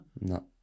No